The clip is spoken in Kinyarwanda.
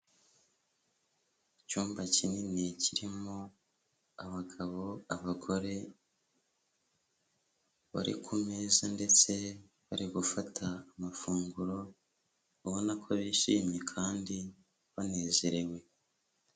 Icyumba kinini kirimo abagabo, abagore bari ku meza ndetse bari gufata amafunguro ubona ko bishimye kandi banezerewe.